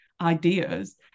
ideas